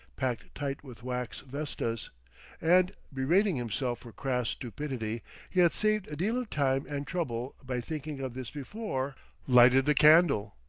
packed tight with wax vestas and, berating himself for crass stupidity he had saved a deal of time and trouble by thinking of this before lighted the candle.